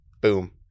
Boom